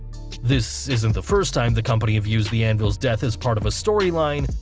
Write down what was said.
this isn't the first time the company have used the anvil's death as part of a storyline,